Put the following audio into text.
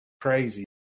crazy